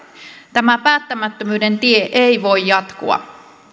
tämä päättämättömyyden tie ei voi jatkua